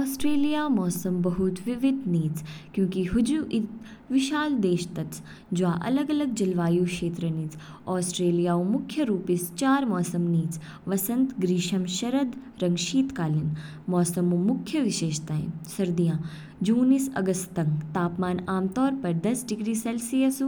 ऑस्ट्रेलिया मौसम बहुत विविध निज, क्योंकि हुजु ईद विशाल देश तच। जवा अलग-अलग जलवायु क्षेत्र निच, ऑस्ट्रेलिया ऊ मुख्य रूपिस चार मौसम निच, वसंत, ग्रीष्म, शरद, रंग शीतकालीन। मौसम ऊ मुख्य विशेषताएं। सर्दियाँ, जून ईस अगस्त तंग, तापमान आमतौर पर दस डिग्री सेलसियस